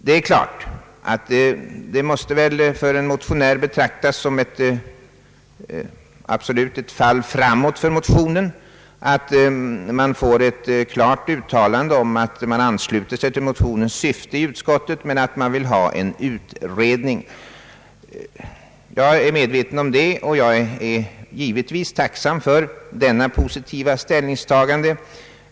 För en motionär måste det givetvis betraktas såsom ett absolut fall framåt för motionen, att man får ett klart uttalande om att utskottet ansluter sig till motionens syfte men vill ha en utredning. Jag är medveten om detta, och jag är givetvis tacksam för utskottets positiva ställningstagande.